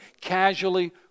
casually